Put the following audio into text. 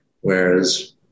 Whereas